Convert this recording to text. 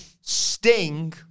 Sting